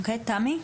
אוקיי, תמי?